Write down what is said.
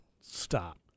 Stop